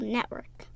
Network